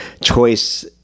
choice